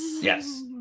Yes